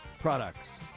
products